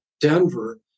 Denver